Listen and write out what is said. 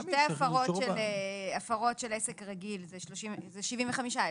שתי הפרות של עסק רגיל זה 75 אלף שקלים.